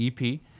EP